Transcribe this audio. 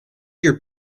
your